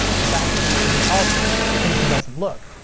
in fact, ge calls these incandescent look.